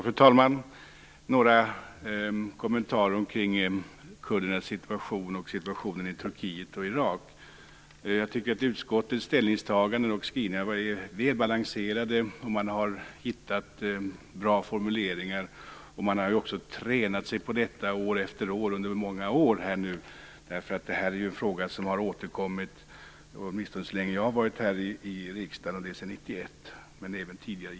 Fru talman! Jag har några kommentarer kring kurdernas situation och situationen i Turkiet och Irak. Jag tycker att utskottets ställningstaganden och skrivningar är väl balanserade. Man har hittat bra formuleringar. Så har man också tränat sig på detta, år efter år, under en lång tid. Det här är en fråga som återkommit åtminstone så länge som jag har varit här i riksdagen - sedan 1991 - men givetvis även tidigare.